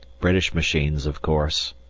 british machines, of course.